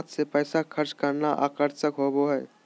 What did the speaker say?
हाथ से पैसा खर्च करना आकर्षक होबो हइ